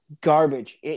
garbage